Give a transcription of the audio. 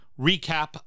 recap